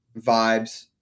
vibes